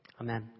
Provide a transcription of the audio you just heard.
Amen